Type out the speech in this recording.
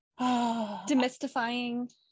demystifying